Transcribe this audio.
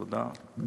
תודה.